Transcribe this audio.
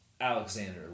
Alexander